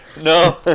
No